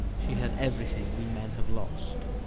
she has everything we men have lost.